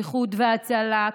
איחוד הצלה,